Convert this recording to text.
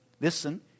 Listen